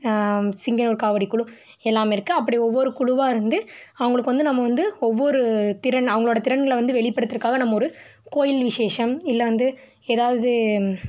சிங்கனூர் காவடி குழு எல்லாமே இருக்குது அப்படி ஒவ்வொரு குழுவாக இருந்து அவங்களுக்கு வந்து நம்ம வந்து ஒவ்வொரு திறன் அவங்களோட திறன்களை வந்து வெளிப்படுத்துறதுக்காக நம்ம ஒரு கோவில் விஷேசம் இல்லை வந்து எதாவது